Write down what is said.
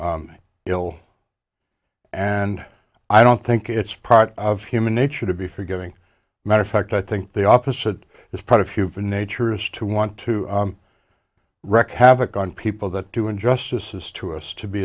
ill and i don't think it's part of human nature to be forgiving matter of fact i think the opposite is part of human nature is to want to wreck havoc on people that do injustices to us to be